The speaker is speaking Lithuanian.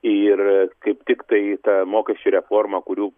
ir kaip tiktai ta mokesčių reforma kurių